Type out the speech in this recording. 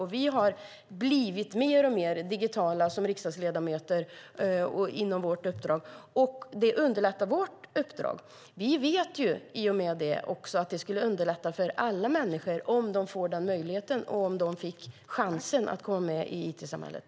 Som riksdagsledamöter har vi inom vårt uppdrag blivit mer och mer digitala. Det underlättar vårt uppdrag. I och med detta vet vi att det skulle underlätta för alla människor om de fick samma möjlighet och om de fick chansen att komma med i it-samhället.